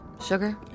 Sugar